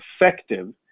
effective